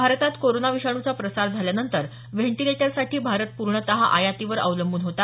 भारतात कोरोना विषाणूचा प्रसार झाल्यानंतर व्हेंटिलेटरसाठी भारत पूर्णत आयातीवर अवलंबून होता